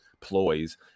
ploys